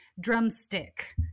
drumstick